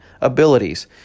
abilities